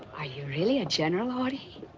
are you really a general, ody?